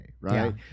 Right